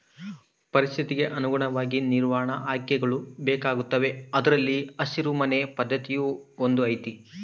ಪರಿಸ್ಥಿತಿಗೆ ಅನುಗುಣವಾಗಿ ನಿರ್ವಹಣಾ ಆಯ್ಕೆಗಳು ಬೇಕಾಗುತ್ತವೆ ಅದರಲ್ಲಿ ಹಸಿರು ಮನೆ ಪದ್ಧತಿಯೂ ಒಂದು ಐತಿ